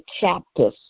chapter